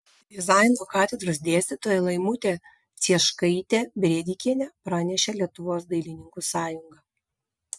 dizaino katedros dėstytoja laimutė cieškaitė brėdikienė pranešė lietuvos dailininkų sąjunga